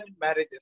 marriages